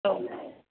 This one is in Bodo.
औ